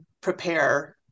prepare